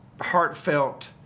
heartfelt